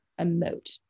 emote